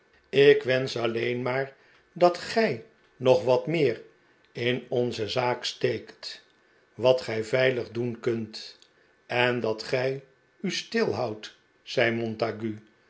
jk wensch alleen maar dat gij nog wat meer in onze zaak steekt wat gij veilig doen kunt en dat gij u stilhoudt zei montague